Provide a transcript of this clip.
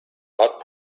hat